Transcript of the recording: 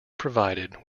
provided